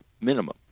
minimum